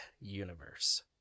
Universe